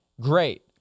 great